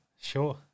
sure